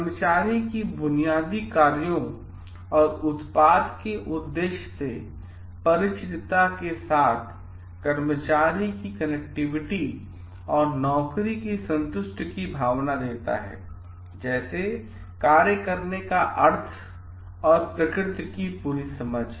कर्मचारी की बुनियादी कार्यों और उत्पाद की उद्देश्य से परिचितता के साथ कर्मचारी को कनेक्टिविटी और नौकरी की संतुष्टि की भावना देता है जैसे कार्य करने के अर्थ की और प्रकृति की पूरी समझ